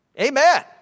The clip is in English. amen